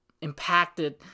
impacted